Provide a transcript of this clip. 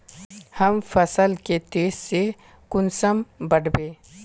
हम फसल के तेज से कुंसम बढ़बे?